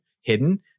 hidden